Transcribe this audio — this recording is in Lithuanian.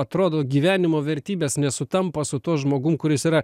atrodo gyvenimo vertybės nesutampa su tuo žmogum kuris yra